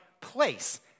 place